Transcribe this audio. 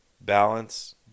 balance